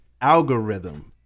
algorithm